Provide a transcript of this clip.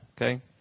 Okay